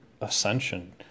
ascension